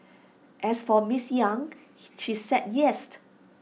as for miss yang she said